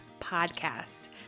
podcast